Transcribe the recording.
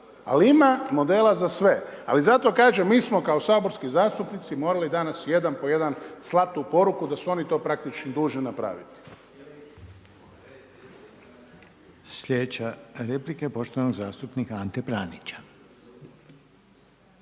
ali ima modela za sve. Ali, zato kažem, mi smo kao saborski zastupnici, morali danas jedan po jedan slati tu poruku, da su oni to praktički dužni napraviti. **Reiner, Željko (HDZ)** Sljedeća replika je poštovanog zastupnika Ante Pranića.